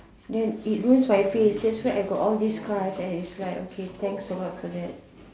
then it ruins my face that's why I got all these scars and it's like okay thanks a lot for that